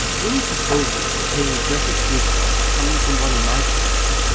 any proposals for paying addresses to his daughter, coming from one in my position,